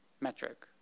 metric